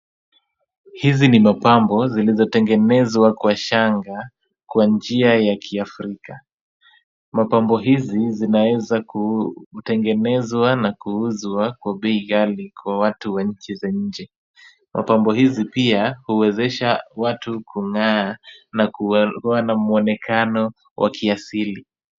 Hizi ni mapambo zilizotengenezwa kwa shanga kwa njia ya kiafrika. Mapambo hizi zinaeza kutengenezwa na kuuzwa kwa bei ghali kwa watu wa nje ya nchi. Mapambo hizi pia huwezesha watu kung'aa na kuwa na mwonekano wa kiasili.